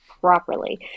properly